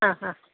ആ ഹാ